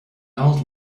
old